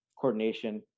coordination